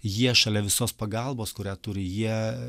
jie šalia visos pagalbos kurią turi jie